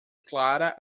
clara